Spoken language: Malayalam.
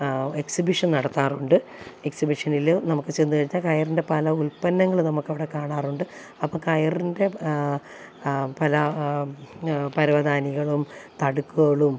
എക്സിബിഷൻ നടത്താറുണ്ട് എക്സിബിഷനിൽ നമുക്ക് ചെന്നു കഴിഞ്ഞാൽ കയറിൻ്റെ പല ഉല്പന്നങ്ങൾ നമുക്കവിടെ കാണാറുണ്ട് അപ്പോൾ കയറിൻ്റെ പല പരവതാനികളും തടുക്കുകളും